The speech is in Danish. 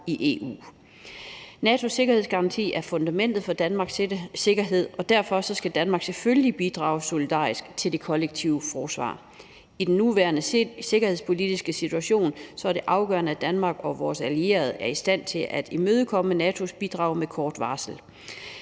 i EU. NATO's sikkerhedsgaranti er fundamentet for Danmarks sikkerhed, og derfor skal Danmark selvfølgelig bidrage solidarisk til det kollektive forsvar. I den nuværende sikkerhedspolitiske situation er det afgørende, at Danmark og vores allierede er i stand til at imødekomme NATO's bidrag med kort varsel.